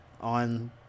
on